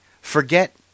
Forget